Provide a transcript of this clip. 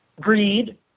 greed